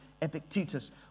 Epictetus